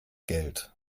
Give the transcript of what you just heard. geld